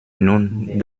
nun